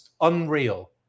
unreal